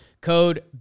Code